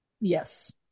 Yes